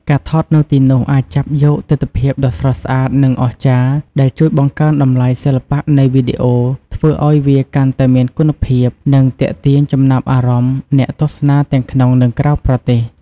ការថតនៅទីនោះអាចចាប់យកទិដ្ឋភាពដ៏ស្រស់ស្អាត និងអស្ចារ្យ ដែលជួយបង្កើនតម្លៃសិល្បៈនៃវីដេអូ ធ្វើឲ្យវាកាន់តែមានគុណភាព និងទាក់ទាញចំណាប់អារម្មណ៍អ្នកទស្សនាទាំងក្នុង និងក្រៅប្រទេស។